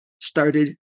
started